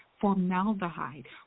formaldehyde